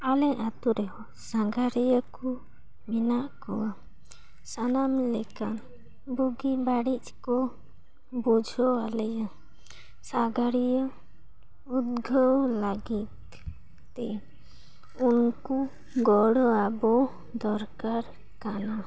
ᱟᱞᱮ ᱟᱛᱳ ᱨᱮᱦᱚᱸ ᱥᱟᱸᱜᱷᱟᱨᱤᱭᱟᱹ ᱠᱚ ᱢᱮᱱᱟᱜ ᱠᱚᱣᱟ ᱥᱟᱱᱟᱢ ᱞᱮᱠᱟ ᱵᱩᱜᱤ ᱵᱟᱹᱲᱤᱡ ᱠᱚ ᱵᱩᱡᱷᱟᱹᱣ ᱟᱞᱮᱭᱟ ᱥᱟᱜᱟᱲᱤᱭᱟᱹ ᱩᱫᱽᱜᱟᱹᱣ ᱞᱟᱹᱜᱤᱫ ᱛᱮ ᱩᱱᱠᱩ ᱜᱚᱲᱚ ᱟᱠᱚ ᱫᱚᱨᱠᱟᱨ ᱠᱟᱱᱟ